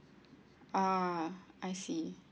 a'ah I see